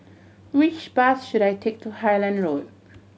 which bus should I take to Highland Road